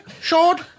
Short